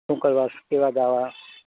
શું કરવા કેવા ગાવા